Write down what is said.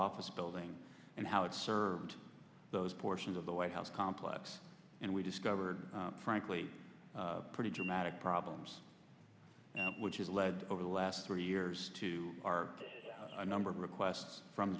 office building and how it served those portions of the white house complex and we discovered frankly pretty dramatic problems which is led over the last three years to our number of requests from